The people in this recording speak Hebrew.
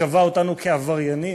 שקבע אותנו כעבריינים,